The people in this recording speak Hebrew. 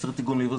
חסר תרגום לעברית.